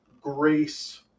grace